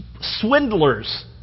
swindlers